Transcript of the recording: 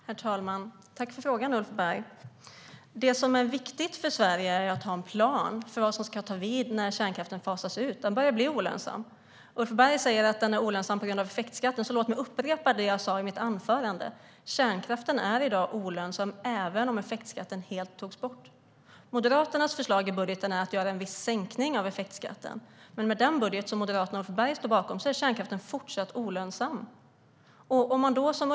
Herr talman! Tack för frågan, Ulf Berg! Det som är viktigt för Sverige är att ha en plan för vad som ska ta vid när kärnkraften fasas ut. Den börjar bli olönsam. Ulf Berg säger att kärnkraften är olönsam på grund av effektskatten. Låt mig upprepa vad jag sa i mitt anförande. Kärnkraften skulle i dag vara olönsam även om effektskatten helt togs bort. Moderaternas förslag i budgeten är att göra en viss sänkning av effektskatten, men med den budget som Moderaterna och Berg står bakom är kärnkraften fortfarande olönsam.